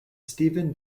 stephen